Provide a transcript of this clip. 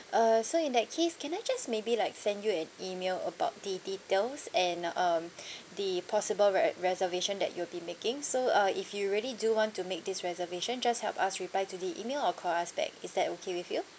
uh so in that case can I just maybe like send you an email about the details and um the possible re~ reservation that you'll be making so uh if you really do want to make this reservation just help us reply to the email or call us back is that okay with you